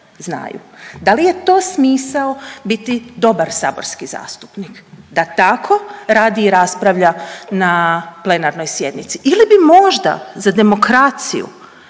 znaju? Da li je to smisao biti dobar saborski zastupnik da tako radi i raspravlja na plenarnoj sjednici ili bi možda za demokraciju